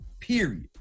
Period